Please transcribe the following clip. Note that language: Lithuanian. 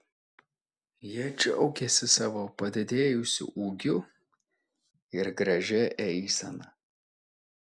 jie džiaugėsi savo padidėjusiu ūgiu ir gražia eisena